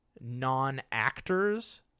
non-actors